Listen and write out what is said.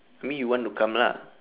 you mean you want to come lah